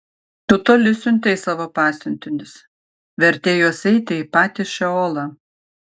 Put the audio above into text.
tu toli siuntei savo pasiuntinius vertei juos eiti į patį šeolą